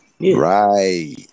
Right